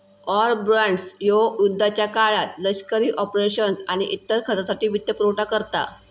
war bonds ह्यो युद्धाच्या काळात लष्करी ऑपरेशन्स आणि इतर खर्चासाठी वित्तपुरवठा करता